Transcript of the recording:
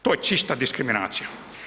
To je čista diskriminacija.